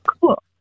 Cool